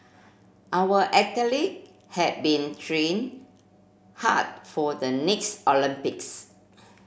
our athlete have been trained hard for the next Olympics